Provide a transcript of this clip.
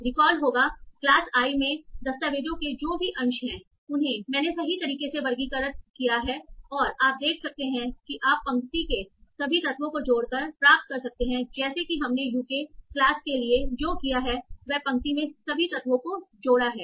recall होगा class i में दस्तावेज़ों के जो भी अंश हैं उन्हें मैंने सही तरीके से वर्गीकृत किया है और आप देख सकते हैं कि आप पंक्ति के सभी तत्वों को जोड़कर प्राप्त कर सकते हैं जैसे कि हमने यूके क्लास के लिए जो किया है वह पंक्ति में सभी तत्वों को जोड़ा है